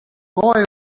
boy